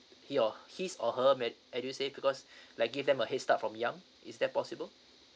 he or his or her may edusave because like give them a kickstart from young is that possible